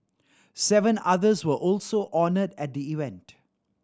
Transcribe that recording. seven others were also honoured at the event